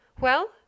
Well